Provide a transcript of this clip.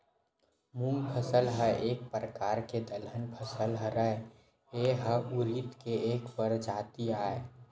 मूंग फसल ह एक परकार के दलहन फसल हरय, ए ह उरिद के एक परजाति आय